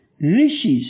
riches